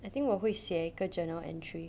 I think 我会写一个 journal entry